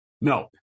No